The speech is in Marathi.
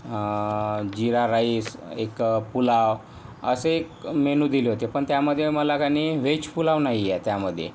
जीरा राईस एक पुलाव असे क् मेनू दिले होते पण त्यामध्ये मला का नाही व्हेज पुलाव नाही आहे त्यामध्ये